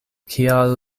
kial